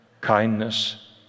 kindness